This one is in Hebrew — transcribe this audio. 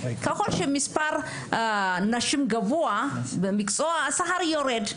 קודם כל כשמספר הנשים גבוה במקצוע אז השכר יורד.